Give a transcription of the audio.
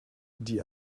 die